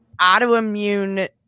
autoimmune